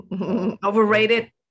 overrated